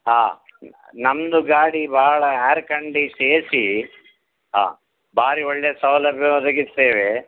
ಹಾಂ ನಮ್ಮದು ಗಾಡಿ ಭಾಳ ಏರ್ ಕಂಡೀಸ್ ಎ ಸಿ ಹಾಂ ಭಾರಿ ಒಳ್ಳೆ ಸೌಲಭ್ಯ ಒದಗಿಸ್ತೇವೆ